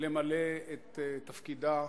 למלא את תפקידה.